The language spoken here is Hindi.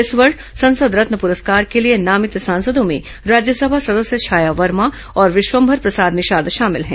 इस वर्ष संसद रत्न पुरस्कार के लिए नामित सांसदों में राज्यसभा सदस्य छाया वर्मा और विशम्भर प्रसाद निषाद शामिल है